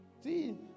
See